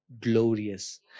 glorious